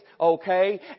okay